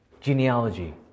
Genealogy